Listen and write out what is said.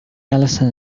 alison